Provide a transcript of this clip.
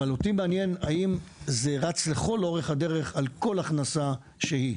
אבל אותי מעניין אם זה רץ לכל אורך הדרך על כל הכנסה שהיא.